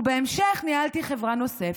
ובהמשך ניהלתי חברה נוספת.